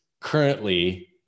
currently